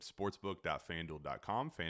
sportsbook.fanduel.com